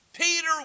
Peter